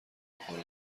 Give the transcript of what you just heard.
میخورم